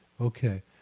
Okay